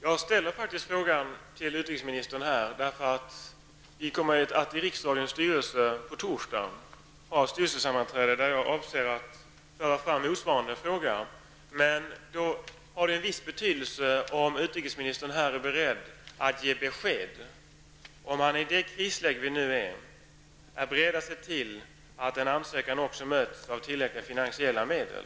Jag har ställt denna fråga till utrikesministern därför att riksradions styrelse på torsdag kommer att ha ett sammanträde där jag avser att föra fram motsvarande fråga. Det har en viss betydelse om utrikesministern här är beredd att ge besked om huruvida han i det krisläge som vi nu befinner oss i är beredd att se till att en ansökan också möts av tillräckliga finansiella medel.